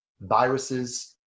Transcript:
viruses